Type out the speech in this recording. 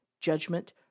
Judgment